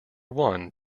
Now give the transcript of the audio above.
one